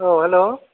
औ हेल'